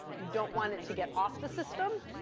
you don't want it to get off the system.